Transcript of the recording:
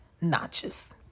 notches